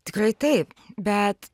tikrai taip bet